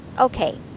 Okay